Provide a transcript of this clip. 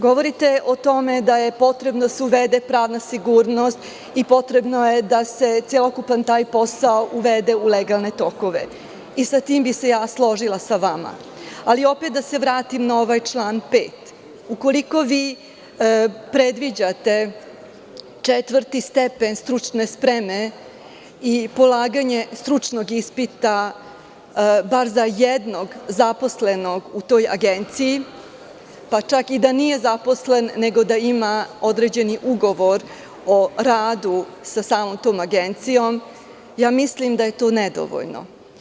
Govorite o tome da je potrebno da se uvede pravna sigurnost i da je potrebno da se celokupan taj posao uvede u legalne tokove i sa tim bih se ja složila sa vama, ali opet da se vratim na ovaj član 5. Ukoliko vi predviđate četvrti stepen stručne spreme i polaganje stručnog ispita bar za jednog zaposlenog u toj agenciji, pa čak i da nije zaposlen, nego da ima određeni ugovor o radu sa samom tom agencijom, ja mislim da je to nedovoljno.